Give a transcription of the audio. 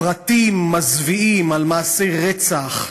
פרטים מזוויעים על מעשי רצח,